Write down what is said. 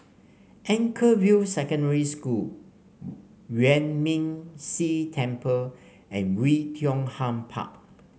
Anchorvale Secondary School Yuan Ming Si Temple and Oei Tiong Ham Park